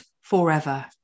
forever